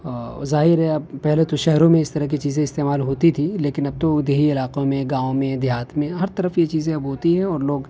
ظاہر ہے اب پہلے تو شہروں میں اس طرح کی چیزیں استعمال ہوتی تھیں لیکن اب تو دیہی علاقوں میں گاؤں میں دیہات میں ہر طرف یہ چیزیں اب ہوتی ہیں اور لوگ